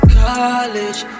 college